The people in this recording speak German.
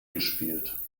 gespielt